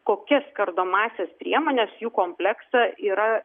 kokias kardomąsias priemones jų kompleksą yra